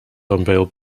unveiled